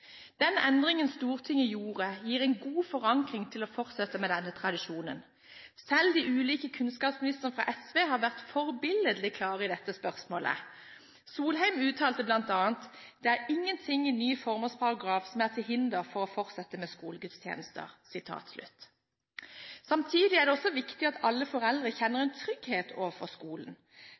den endringen Stortinget gjorde, gir en god forankring for å fortsette med denne tradisjonen. Selv de ulike kunnskapsministrene fra SV har vært forbilledlig klare i dette spørsmålet. Solhjell uttalte bl.a.: «Det er ingen ting i ny formålsparagraf som er til hinder for å fortsette med skolegudstjenester.» Samtidig er det viktig at alle foreldre kjenner trygghet overfor skolen.